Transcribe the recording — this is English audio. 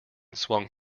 swung